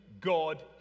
God